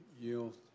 yield